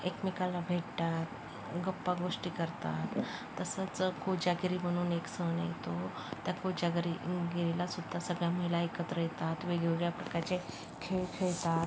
एकमेकांना भेटतात गप्पा गोष्टी करतात तसंच कोजागिरी म्हणून एक सण येतो त्या कोजागिरी गिरीलासुद्धा सगळ्या महिला एकत्र येतात वेगवेगळ्या प्रकारच्या खेळ खेळतात